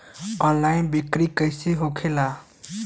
Online बिक्री कैसे होखेला?